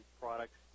products